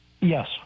Yes